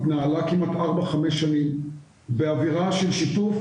התנהלה כמעט 4-5 שנים באווירה של שיתוף.